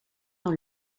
dans